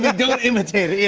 don't imitate it. yeah.